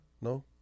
no